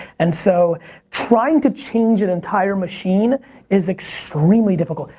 and so trying to change an entire machine is extremely difficult.